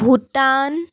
Bhutan